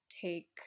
take